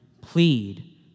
plead